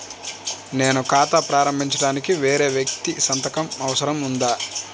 నేను ఖాతా ప్రారంభించటానికి వేరే వ్యక్తి సంతకం అవసరం ఉందా?